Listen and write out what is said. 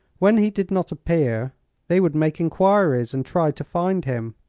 when he did not appear they would make enquiries, and try to find him.